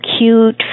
cute